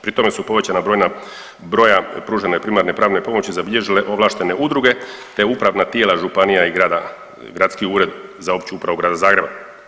Pri tome su povećana brojna, broja pružanja primarne pravne pomoći zabilježile ovlaštene udruge te upravna tijela županija i grada, Gradski ured za opću upravu Grada Zagreba.